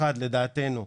אחת לדעתנו,